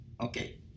Okay